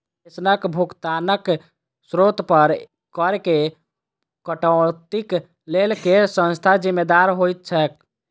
पेंशनक भुगतानक स्त्रोत पर करऽ केँ कटौतीक लेल केँ संस्था जिम्मेदार होइत छैक?